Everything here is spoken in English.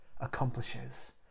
accomplishes